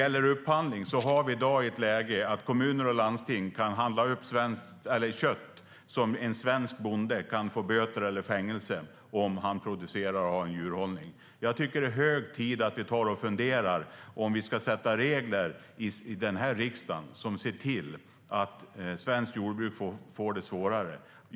I dag har vi ett läge där kommuner och landsting kan handla upp kött som en svensk bonde kan få böter eller fängelse för om han producerar. Jag tycker att det är hög tid att vi funderar på om vi ska sätta regler i den här riksdagen som gör att svenskt jordbruk får det svårare.